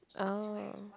oh